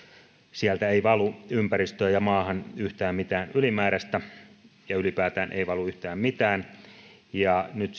sieltä ei valu ympäristöön ja maahan yhtään mitään ylimääräistä ja ylipäätään ei valu yhtään mitään nyt